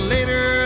Later